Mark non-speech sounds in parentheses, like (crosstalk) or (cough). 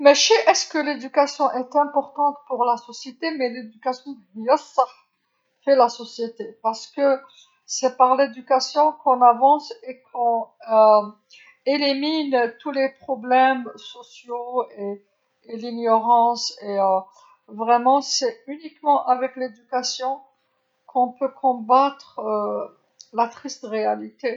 ما شي هل هذا التعليم مهم للمجتمع ولكن التعليم هيا الصح في المجتمع لأنه بالتعليم نتقدم ونقضي على كل (hesitation) المشاكل الاجتماعية والجهل (hesitation) حقا هو فقط بالتعليم نستطيع محاربة أزمة الواقع.